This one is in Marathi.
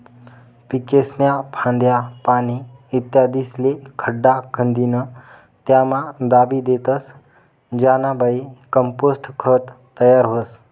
पीकेस्न्या फांद्या, पाने, इत्यादिस्ले खड्डा खंदीन त्यामा दाबी देतस ज्यानाबये कंपोस्ट खत तयार व्हस